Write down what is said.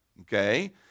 okay